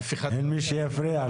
אין מי שיפריע.